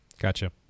Gotcha